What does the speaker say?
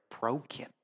broken